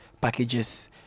packages